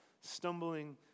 stumbling